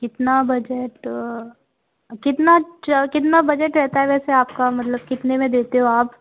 कितना बजट कितना बजट रहता है वैसे आपका मतलब कितने में देते हो आप